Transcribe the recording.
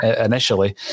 initially